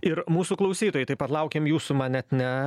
ir mūsų klausytojai taip pat laukiam jūsų man net ne